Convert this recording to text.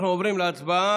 אנחנו עוברים להצבעה.